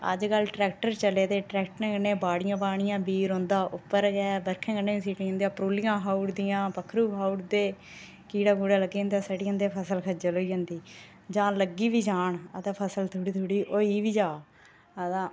ते अज्ज कल्ल ट्रैक्टर चले दे ट्रैक्टरें कन्नै बाड़ियां बाह्नियां बी रौहंदा उप्पर गै बर्खें कन्नै सिज्जी जंदा तरोलियां खाऊ उड़दियां पखरू खाऊ उड़दे कीड़ा कुड़ा लग्गी जंदा सड़ी जंदे फसल खज्जल होई जंदी जां लग्गी बी जान अगर फसल थोह्डी थोह्ड़ी होई बी जा ता